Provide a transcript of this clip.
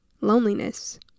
loneliness